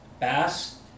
Bass